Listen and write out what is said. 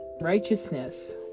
Righteousness